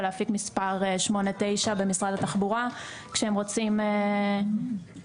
ולהפיק מספר 89 במשרד התחבורה כשהם רוצים להמיר